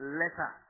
letter